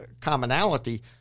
commonality